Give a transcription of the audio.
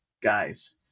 guys